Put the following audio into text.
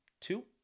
two